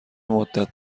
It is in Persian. مدت